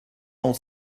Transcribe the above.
old